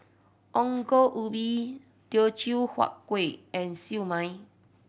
Ongol Ubi Teochew Huat Kuih and Siew Mai